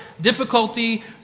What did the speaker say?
difficulty